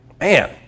Man